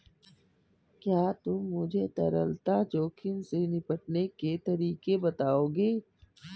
क्या तुम मुझे तरलता जोखिम से निपटने के तरीके बताओगे?